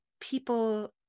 people